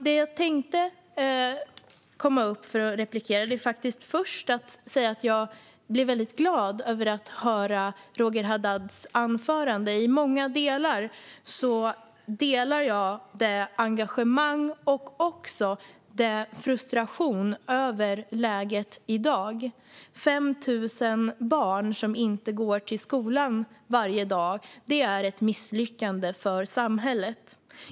Det jag begärde replik för att säga är först och främst att jag blev väldigt glad av att höra Roger Haddads anförande. I många delar känner jag samma engagemang i och frustration över läget i dag. 5 000 barn som inte går till skolan varje dag är ett misslyckande för samhället.